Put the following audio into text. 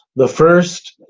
the first